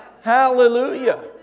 Hallelujah